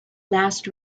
last